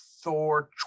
Thor